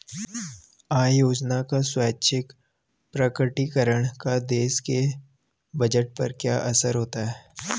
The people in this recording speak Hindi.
आय योजना का स्वैच्छिक प्रकटीकरण का देश के बजट पर क्या असर होता है?